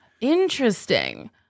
Interesting